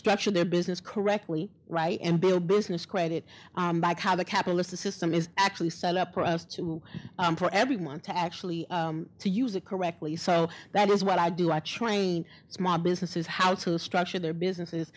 structure their business correctly right and build business credit back how the capitalist system is actually set up for us to for everyone to actually to use it correctly so that is what i do i train small businesses how to structure their businesses